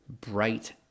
bright